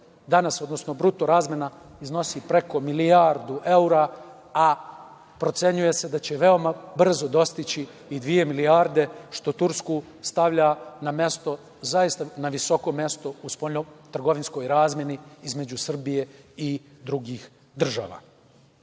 danas odnosno bruto razmena iznosi preko milijardu evra, a procenjuje se da će veoma brzo dostići i dve milijarde što Tursku stavlja na zaista visoko mesto u spoljno-trgovinskoj razmeni između Srbije i drugih država. Pred